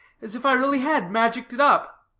as if i really had magicked it up.